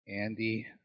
Andy